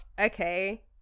Okay